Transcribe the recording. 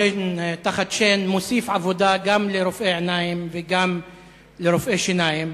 שן תחת שן" מוסיף עבודה גם לרופאי עיניים וגם לרופאי שיניים,